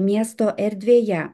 miesto erdvėje